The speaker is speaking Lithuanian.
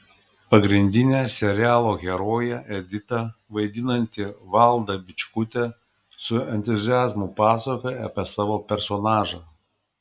pagrindinę serialo heroję editą vaidinanti valda bičkutė su entuziazmu pasakoja apie savo personažą